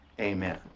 Amen